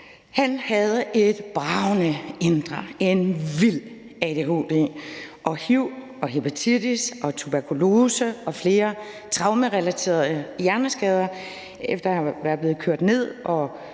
Han havde et bragende indre, en vild adhd, hiv, hepatitis, tuberkulose og flere traumerelaterede hjerneskader efter at være blevet kørt ned og